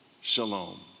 Shalom